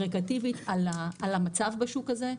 אגרגטיבית על המצב בשוק הזה.